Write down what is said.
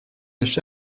acheté